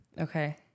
Okay